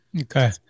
Okay